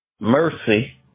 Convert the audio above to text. Mercy